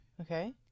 Okay